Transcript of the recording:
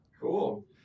Cool